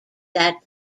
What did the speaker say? that